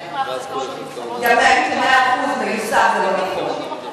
גם להגיד ש-100% מיושם זה לא נכון.